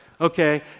Okay